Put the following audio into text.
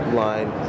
line